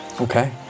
Okay